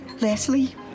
Leslie